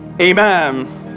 Amen